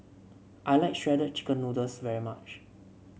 I like Shredded Chicken Noodles very much